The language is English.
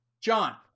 John